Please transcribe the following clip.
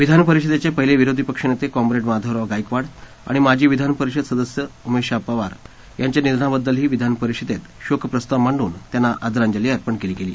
विधानपरिषदेचे पहिले विरोधी पक्षनेते कॉम्रेड माधवराव गायकवाड आणि माजी विधानपरिषद सदस्य उमेशा पवार यांच्या निधनाबद्दलही विधानपरिषदेत शोकप्रस्ताव मांडून त्यांना आदरांजली अर्पण केली गेली